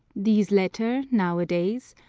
these latter, nowadays,